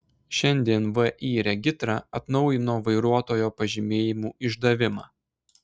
šiandien vį regitra atnaujino vairuotojo pažymėjimų išdavimą